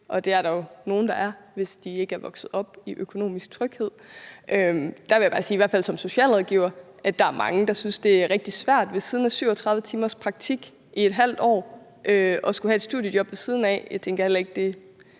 og det er der jo nogen der er, hvis de ikke er vokset op i økonomisk tryghed. Der vil jeg bare sige, i hvert fald som socialrådgiver, at der er mange, der synes, det er rigtig svært ved siden af 37 timers praktik i et halvt år at skulle have et studiejob. Jeg tænker heller ikke, at det er